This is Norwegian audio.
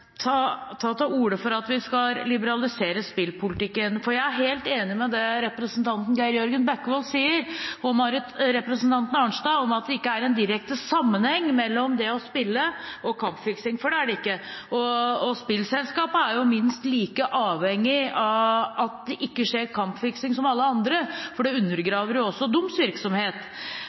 til orde for at vi skal liberalisere spillpolitikken. Jeg er helt enig i det representantene Geir Jørgen Bekkevold og Marit Arnstad sier, at det ikke er en direkte sammenheng mellom det å spille og kampfiksing – for det er det ikke. Spillselskapene er – som alle andre – minst like avhengig av at det ikke skjer kampfiksing, for det undergraver også deres virksomhet.